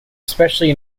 especially